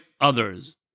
others